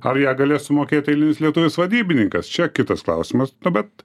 ar ją galės sumokėt eilinis lietuvis vadybininkas čia kitas klausimas bet